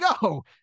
go